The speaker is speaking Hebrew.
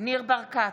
ניר ברקת,